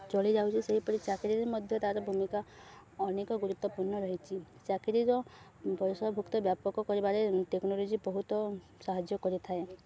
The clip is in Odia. ଚଳିଯାଉଛି ସେହିପରି ଚାକିରିରେ ମଧ୍ୟ ତା'ର ଭୂମିକା ଅନେକ ଗୁରୁତ୍ୱପୂର୍ଣ୍ଣ ରହିଛି ଚାକିରିର ବୟସଭୁକ୍ତ ବ୍ୟାପକ କରିବାରେ ଟେକ୍ନୋଲୋଜି ବହୁତ ସାହାଯ୍ୟ କରିଥାଏ